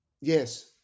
Yes